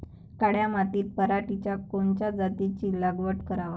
काळ्या मातीत पराटीच्या कोनच्या जातीची लागवड कराव?